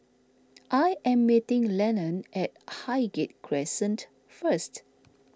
I am meeting Lennon at Highgate Crescent first